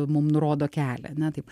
mum nurodo kelią ane taip